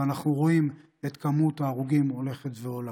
ואנחנו רואים את מספר ההרוגים הולך ועולה.